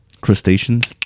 Crustaceans